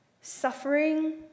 Suffering